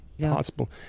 possible